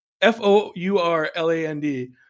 F-O-U-R-L-A-N-D